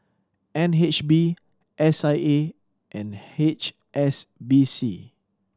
N H B S I A and H S B C